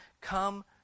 come